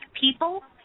people